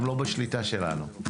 הם לא בשליטה שלנו.